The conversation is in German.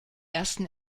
ersten